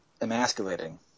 emasculating